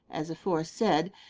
as aforesaid,